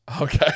Okay